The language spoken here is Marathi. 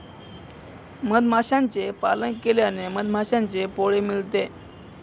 मधमाशांचे पालन केल्याने मधमाशांचे पोळे मिळते